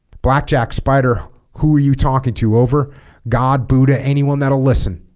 blackjack spider who are you talking to over god buddha anyone that'll listen